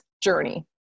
journey